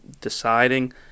deciding